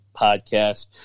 Podcast